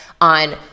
on